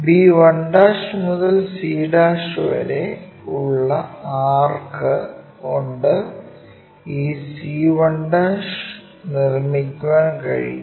b1' മുതൽ c1' വരെ ഉള്ള ആർക്ക് കൊണ്ട് ഈ c1' നിർമ്മിക്കാൻ കഴിയും